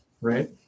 right